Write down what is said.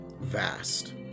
vast